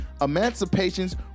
emancipations